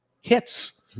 hits